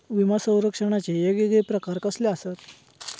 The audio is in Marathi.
विमा सौरक्षणाचे येगयेगळे प्रकार कसले आसत?